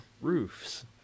roofs